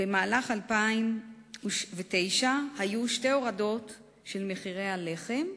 במהלך 2009 היו שתי הורדות של מחירי הלחם,